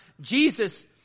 Jesus